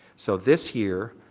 so this year,